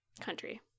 country